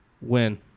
Win